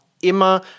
immer